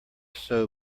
sew